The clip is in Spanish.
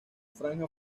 franja